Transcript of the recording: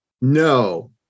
No